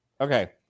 Okay